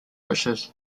wishes